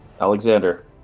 Alexander